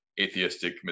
atheistic